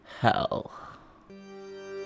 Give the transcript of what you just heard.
hell